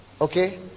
Okay